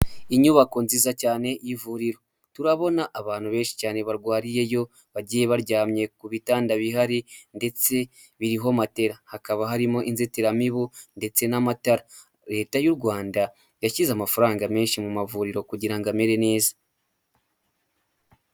Inyubako nziza cyane y'ivuriro, turabona abantu benshi cyane barwariye yo bagiye baryamye ku bitanda bihari ndetse biriho matera, hakaba harimo inzitiramibu ndetse n'amatara, leta y'u Rwanda yashyize amafaranga menshi mu mavuriro kugira ngo amere neza.